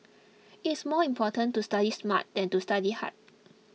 it is more important to study smart than to study hard